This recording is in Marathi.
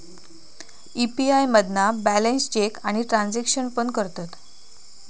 यी.पी.आय मधना बॅलेंस चेक आणि ट्रांसॅक्शन पण करतत